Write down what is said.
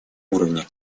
уровне